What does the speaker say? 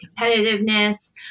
competitiveness